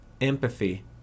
empathy